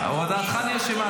הודעתך נרשמה.